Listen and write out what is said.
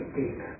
deep